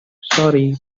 sorry